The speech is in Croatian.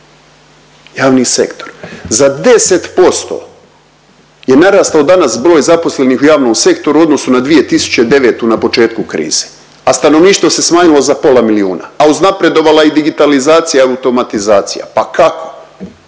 Javni sektor. Za 10% je narastao danas broj zaposlenih u javnom sektoru u odnosu na 2009. na početku krize, a stanovništvo se smanjilo za pola milijuna, a uznapredovala je digitalizacija, automatizacija. Pa kako?